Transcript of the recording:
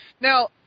now